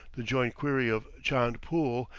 the joint query of chand pool?